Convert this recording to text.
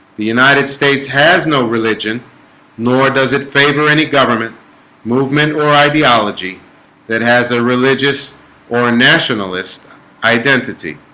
the united states has no religion nor does it favor any government movement or ideology that has a religious or nationalist identity